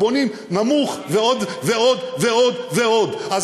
בונים נמוך ועוד ועוד ועוד ועוד.